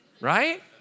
right